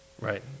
Right